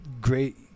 great